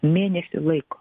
mėnesį laiko